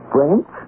French